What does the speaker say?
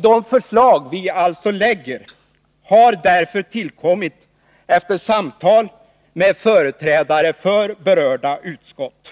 De förslag vi lägger fram har tillkommit efter samtal med företrädare för berörda utskott.